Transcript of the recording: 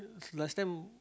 last time